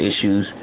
issues